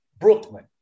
Brooklyn